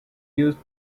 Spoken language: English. used